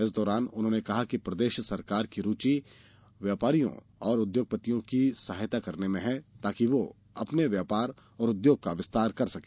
इस दौरान उन्होंने कहा कि प्रदेश सरकार की रूचि व्यापारियों और उद्योगपतियों की सहायता करने में हैं ताकि वो अपने व्यापार और उद्योग का विस्तार कर सके